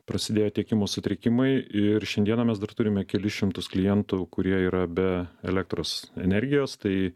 prasidėjo tiekimo sutrikimai ir šiandieną mes dar turime kelis šimtus klientų kurie yra be elektros energijos tai